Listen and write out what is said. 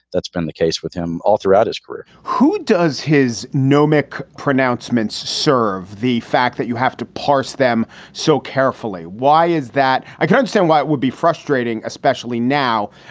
that's been the case with him all throughout his career who does his gnomic pronouncements serve the fact that you have to pass them so carefully? why is that? i can understand why it would be frustrating, especially now.